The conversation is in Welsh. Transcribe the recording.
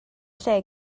lle